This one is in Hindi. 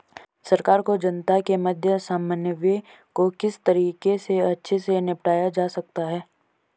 सरकार और जनता के मध्य समन्वय को किस तरीके से अच्छे से निपटाया जा सकता है?